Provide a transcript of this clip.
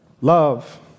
Love